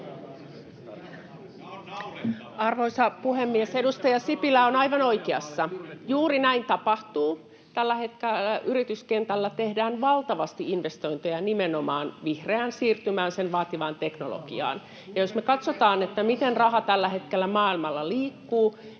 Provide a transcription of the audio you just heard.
Arvoisa puhemies! Edustaja Sipilä on aivan oikeassa — juuri näin tapahtuu. Tällä hetkellä yrityskentällä tehdään valtavasti investointeja nimenomaan vihreään siirtymään, sen vaatimaan teknologiaan. Jos me katsotaan, miten raha tällä hetkellä maailmalla liikkuu,